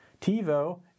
TiVo